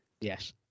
Yes